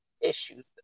issues